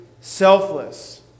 selfless